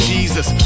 Jesus